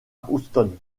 houston